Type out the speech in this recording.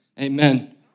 Amen